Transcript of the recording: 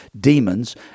demons